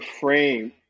frame